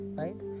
right